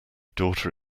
daughter